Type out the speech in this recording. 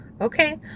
okay